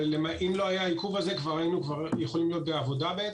לולא העיכוב הזה יכולנו להיות כבר בעבודה.